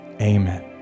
amen